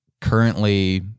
currently